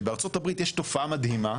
שבארצות הברית יש תופעה מדהימה,